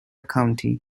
county